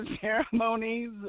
ceremonies